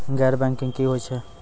गैर बैंकिंग की होय छै?